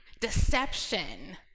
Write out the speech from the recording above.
deception